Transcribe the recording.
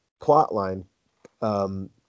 plotline